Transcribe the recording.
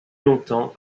longtemps